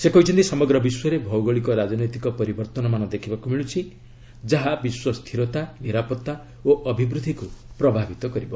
ସେ କହିଛନ୍ତି ସମଗ୍ର ବିଶ୍ୱରେ ଭୌଗଳିକ ରାଜନୈତିକ ପରିବର୍ତ୍ତନମାନ ଦେଖିବାକୁ ମିଳୁଛି ଯାହା ବିଶ୍ୱ ସ୍ଥିରତା ନିରାପତ୍ତା ଓ ଅଭିବୃଦ୍ଧିକୁ ପ୍ରଭାବିତ କରିବ